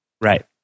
Right